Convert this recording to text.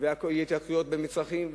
ויהיו התייקרויות במצרכים,